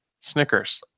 Snickers